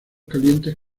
calientes